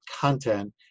content